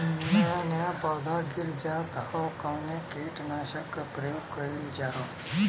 नया नया पौधा गिर जात हव कवने कीट नाशक क प्रयोग कइल जाव?